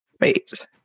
wait